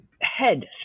head